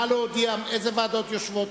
אילו ועדות עוד יושבות?